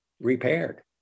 repaired